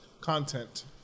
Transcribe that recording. content